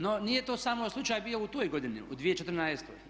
No nije to samo slučaj bio u toj godini u 2014.